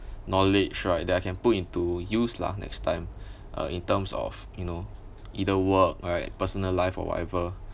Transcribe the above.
knowledge right that I can put into use lah next time uh in terms of you know either work right personal life or whatever